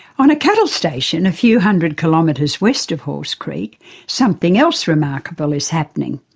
on a cattle station a few hundred kilometres west of halls creek something else remarkable is happening.